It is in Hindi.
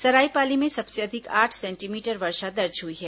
सरायपाली में सबसे अधिक आठ सेंटीमीटर वर्षा दर्ज हई है